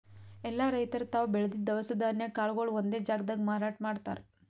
ಎಲ್ಲಾ ರೈತರ್ ತಾವ್ ಬೆಳದಿದ್ದ್ ದವಸ ಧಾನ್ಯ ಕಾಳ್ಗೊಳು ಒಂದೇ ಜಾಗ್ದಾಗ್ ಮಾರಾಟ್ ಮಾಡ್ತಾರ್